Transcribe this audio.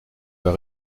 vas